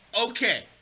okay